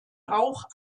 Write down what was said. auch